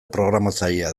programatzailea